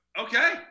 Okay